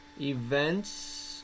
Events